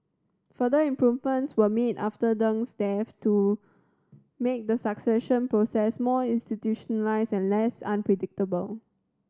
further improvements were made after Deng's death to make the succession process more institutionalised and less unpredictable